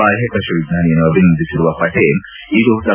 ಬಾಹ್ಕಾಕಾಶ ವಿಜ್ಞಾನಿಯನ್ನು ಅಭಿನಂದಿಸಿರುವ ಪಟೇಲ್ ಇದು ಡಾ